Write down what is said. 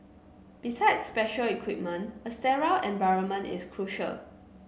besides special equipment a sterile environment is crucial